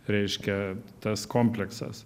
reiškia tas kompleksas